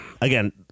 again